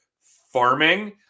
farming